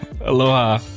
Aloha